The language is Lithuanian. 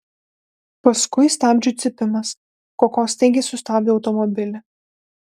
paskui stabdžių cypimas koko staigiai sustabdė automobilį